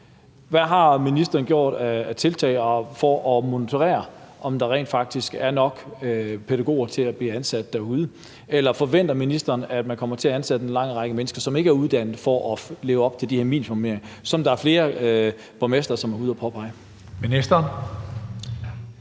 Hvad har ministeren gjort af tiltag for at monitorere, om der rent faktisk er nok pædagoger til at blive ansat derude? Eller forventer ministeren, at man kommer til at ansætte en lang række mennesker, som ikke er uddannet, for at leve op til de her minimumsnormeringer, hvilket flere borgmestre er ude at påpege? Kl.